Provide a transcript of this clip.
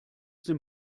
dem